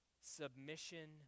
submission